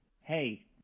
hey